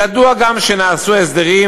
ידוע גם שנעשו הסדרים,